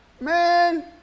man